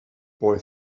boy